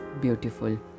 beautiful